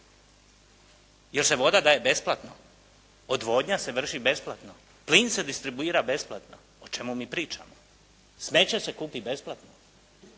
Jel se voda daje besplatno? Odvodnja se vrši besplatno? Plin se distribuira besplatno? O čemu mi pričamo? Smeće se kupi besplatno?